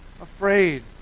afraid